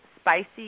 spicy